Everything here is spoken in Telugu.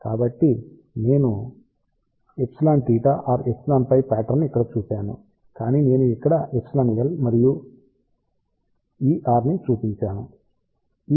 కాబట్టి నేను సాధారణ Eθ లేదా Eφ పాట్రన్ ని ఇక్కడ చూపాను కానీ నేను ఇక్కడ EL మరియు ER ని చూపించాను